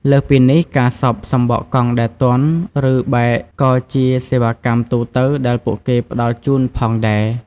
លើសពីនេះ ការសប់សំបកកង់ដែលទន់ ឬបែកក៏ជាសេវាកម្មទូទៅដែលពួកគេផ្តល់ជូនផងដែរ។